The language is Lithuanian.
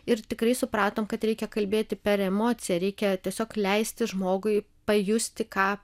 ir tikrai supratom kad reikia kalbėti per emociją reikia tiesiog leisti žmogui pajusti ką